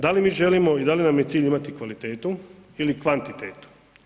Da li mi želimo i da li nam je cilj imati kvalitetu ili kvantitetu?